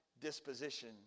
disposition